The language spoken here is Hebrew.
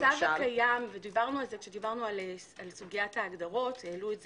במצב הקיים ודיברנו על זה כשדיברנו על סוגית ההגדרות - למשל,